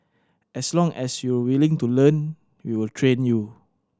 as long as you're willing to learn we will train you